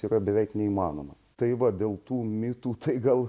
yra beveik neįmanoma tai va dėl tų mitų tai gal